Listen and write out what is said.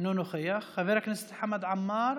אינו נוכח, חבר הכנסת חמד עמאר,